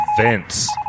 Vince